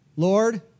Lord